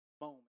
moment